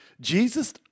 Jesus